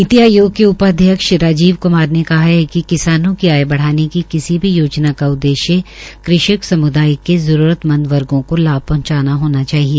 नीति आयोग के उपाध्यक्ष राजीव क्मार ने कहा है कि किसानों की आय बढ़ाने की किसी योजना का उद्देश्य कृषक समुदाय के जरूरतमंद वर्गो को लाभ पहंचाना होना चाहिए